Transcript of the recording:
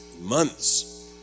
months